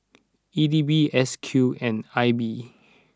E D B S Q and I B